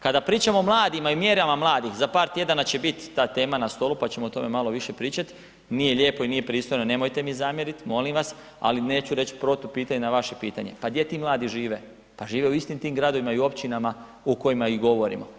Kada pričamo o mladima i mjerama mladih, za par tjedana će bit ta tema na stolu, pa ćemo o tome malo više pričat, nije lijepo i nije pristojno, nemojte mi zamjerit molim vas, ali neću reć protupitanje na vaše pitanje, pa gdje ti mladi žive, pa žive u istim tim gradovima i općinama o kojima i govorimo.